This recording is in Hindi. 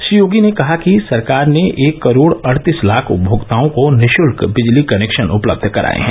श्री योगी ने कहा कि सरकार ने एक करोड़ अड़तीस लाख उपमोक्ताओं को निश्ल्क बिजली कनेक्शन उपलब्ध कराये हैं